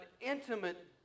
intimate